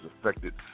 affected